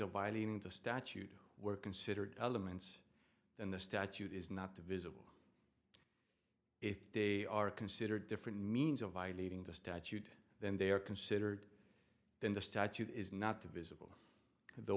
violating the statute were considered elements and the statute is not divisible if they are considered different means of violating the statute than they are considered then the statute is not divisible the